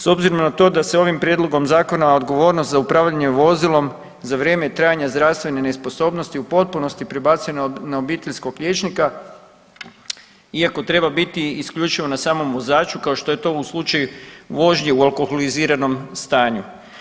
S obzirom na to da se ovim prijedlogom zakona odgovornost za upravljanje vozilom za vrijeme trajanja zdravstvene nesposobnosti u potpunosti prebacuje na obiteljskog liječnika iako treba biti isključivo na samom vozaču kao što je to u slučaju vožnje u alkoholiziranom stanju.